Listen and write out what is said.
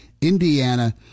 Indiana